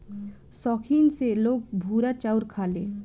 सौखीन से लोग भूरा चाउर खाले